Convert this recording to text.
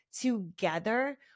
together